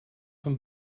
von